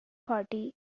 party